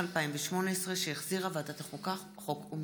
התשע"ח 2018, שהחזירה ועדת החוקה, חוק ומשפט.